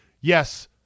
Yes